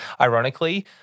ironically